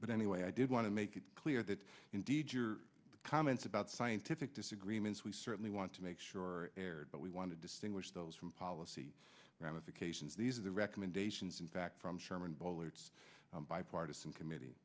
but anyway i did want to make it clear that indeed your comments about scientific disagreements we certainly want to make sure but we want to distinguish those from policy ramifications these are the recommendations in fact from chairman boehlert bipartisan committee